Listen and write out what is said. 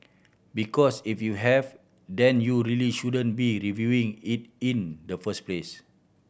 because if you have then you really shouldn't be reviewing it in the first place